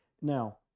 Now